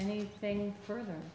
anything further